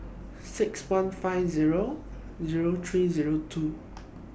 six one five Zero Zero three Zero two